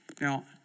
Now